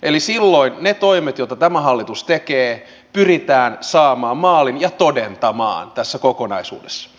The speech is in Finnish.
eli silloin ne toimet joita tämä hallitus tekee pyritään saamaan maaliin ja todentamaan tässä kokonaisuudessa